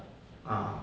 啊